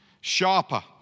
sharper